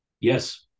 Yes